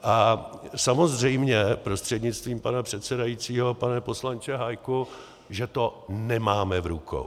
A samozřejmě, prostřednictvím pana předsedajícího pane poslanče Hájku, že to nemáme v rukou.